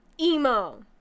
Emo